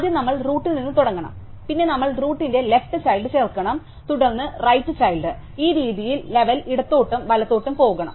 ആദ്യം നമ്മൾ റൂട്ടിൽ നിന്ന് തുടങ്ങണം പിന്നെ നമ്മൾ റൂട്ടിന്റെ ലെഫ്റ് ചൈൽഡ് ചേർക്കണം തുടർന്ന് റൈറ്റ് ചൈൽഡ് ഈ രീതിയിൽ ലെവൽ ഇടത്തോട്ടും വലത്തോട്ടും പോകണം